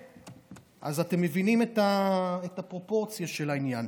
אז אתם מבינים את הפרופורציה של העניין.